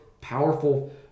powerful